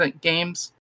games